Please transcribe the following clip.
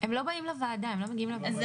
--- הם לא באים לוועדה, הם לא מגיעים לוועדה.